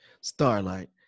Starlight